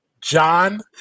John